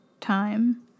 time